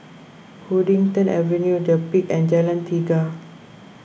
Huddington Avenue the Peak and Jalan Tiga